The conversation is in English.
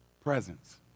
presence